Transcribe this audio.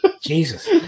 Jesus